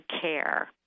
care